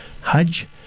hajj